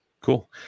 cool